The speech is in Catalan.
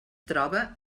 troba